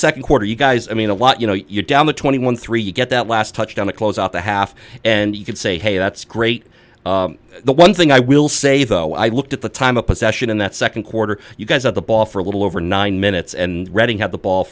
second quarter you guys i mean a lot you know you're down to twenty one three you get that last touchdown a close up a half and you could say hey that's great the one thing i will say though i looked at the time of possession in that second quarter you guys have the ball for a little over nine minutes and redding had the ball